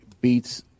beats